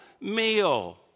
meal